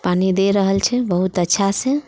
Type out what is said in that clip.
पानि दे रहल छै बहुत अच्छासँ